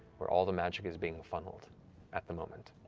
where all the magic is being funneled at the moment.